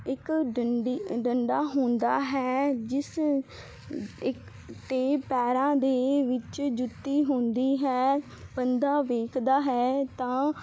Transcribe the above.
ਇੱਕ ਡੰਡੀ ਡੰਡਾ ਹੁੰਦਾ ਹੈ ਜਿਸ ਇੱਕ ਤੇ ਪੈਰਾਂ ਦੇ ਵਿੱਚ ਜੁੱਤੀ ਹੁੰਦੀ ਹੈ ਬੰਦਾ ਵੇਖਦਾ ਹੈ ਤਾਂ